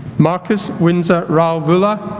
marcus windsor rao voola